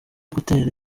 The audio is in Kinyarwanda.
gutera